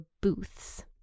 booths